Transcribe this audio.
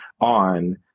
on